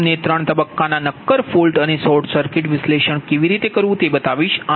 હું તમને ત્રણ તબક્કાના નક્કર ફોલ્ટ માટે શોર્ટ સર્કિટ વિશ્લેષણ કેવી રીતે કરવુ તે બતાવીશ